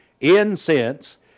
Incense